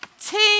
Team